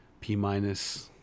p-minus